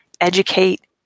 educate